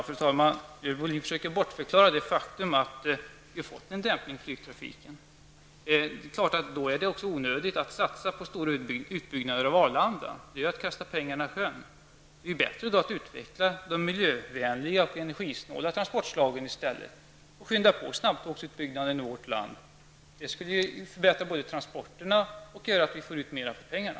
Fru talman! Görel Bohlin försöker bortförklara det faktum att vi har fått en dämpning i flygtrafiken. Då är det också onödigt att satsa på stora utbyggnader av Arlanda. Det är lika med att kasta pengarna i sjön. Det är bättre att utveckla de miljövänliga och energisnåla transportslagen i stället och skynda på snabbtågsutbyggnaden i vårt land. Det skulle förbättra transporterna och göra att vi får ut mera för pengarna.